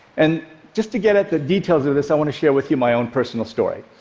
and just to get at the details of this, i want to share with you my own personal story.